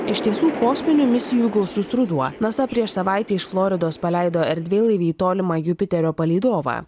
iš tiesų kosminių misijų gausus ruduo nasa prieš savaitę iš floridos paleido erdvėlaivį į tolimą jupiterio palydovą